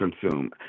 consume